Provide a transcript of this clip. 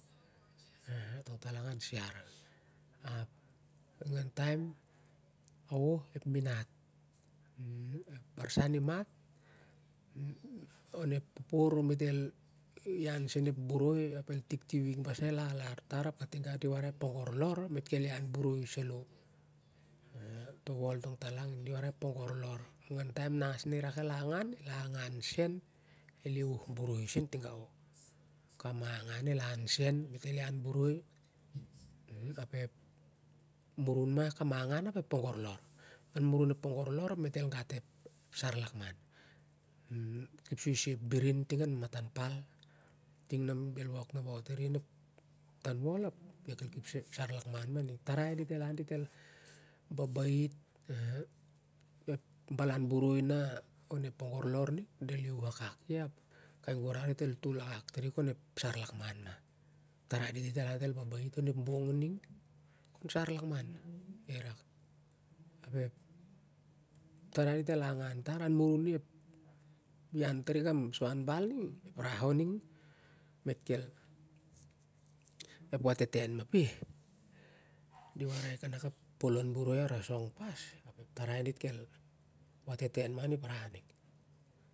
Tong talong an siar ap ningan taim ao ep mon at ep bousau i mat popor mit el ian sen ep boroi ap el tik basa ep week el alar tan ap katigau di warai ep poyorlor ap mit kel ian boroi salo to wol tongtalang di warai ep pogorlor taim na as i rak el augau el angau sen el iahu boroi leu tigau kam angau el au seu del uan boroi ap ep murum ma ka angau ap ep pogorlar au murum ep pogorlor ap mit gat ep amanlar kepsoi ep beren ting au matan pal ting na del wok nabaot ap de kel kepsoi ep sar lakman ma ning tarai dit el an dit el babait balan boroi on ep pongo lor tar ning del iahu akak i kai gurar dit tol akak to i kon ep san lakman tarai dit dit el an dit elbab a it kon sar lakman ap ep tarai dit el angau tar ap murum i kam ian tari kam suan baling ep rah on ning mit kel ep wateteu mapeh di warai kanak ep polon boroi i artasong pas tar dit kel wateter